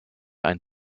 ein